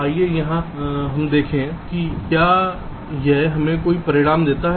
आइए हम देखें कि क्या यह हमें सही परिणाम देता है